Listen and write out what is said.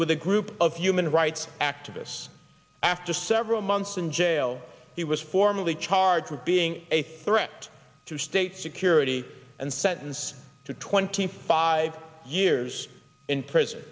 with a group of human rights activists after several months in jail he was formally charged with being a threat to state security and sentenced to twenty five years in prison